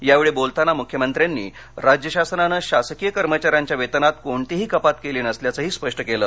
यावेळी बोलताना मुख्यमंत्र्यांनी राज्य शासनानं शासकीय कर्मचाऱ्यांच्या वेतनात कोणतीही कपात केली नसल्याचंही स्पष्ट केलं